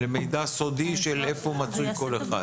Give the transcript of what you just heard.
זה מידע סודי של איפה מצוי כל אחד.